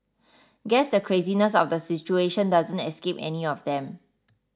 guess the craziness of the situation doesn't escape any of them